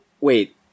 wait